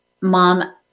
mom